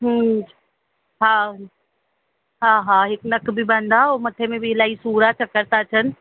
हूं हा हा हा हिकु नकु बि बंदि आहे ऐं मथे में बि इलाही सूर आहे चक्कर था अचनि